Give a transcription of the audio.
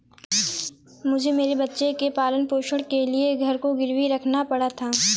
मुझे मेरे बच्चे के पालन पोषण के लिए घर को गिरवी रखना पड़ा था